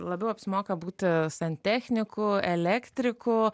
labiau apsimoka būti santechniku elektriku